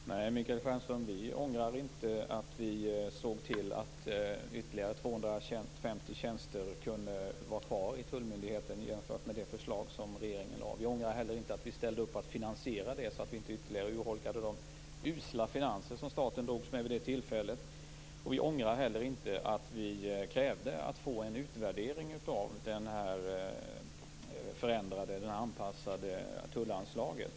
Herr talman! Nej, Michael Stjernström, vi ångrar inte att vi såg till att ytterligare 250 tjänster kunde vara kvar i tullmyndigheten jämfört med det förslag som regeringen lade fram. Vi ångrar heller inte att vi ställde upp på att finansiera detta så att vi inte ytterligare urholkade de usla finanser som staten drogs med vid det tillfället. Vi ångrar heller inte att vi krävde att få en utvärdering av det här förändrade, anpassade tullanslaget.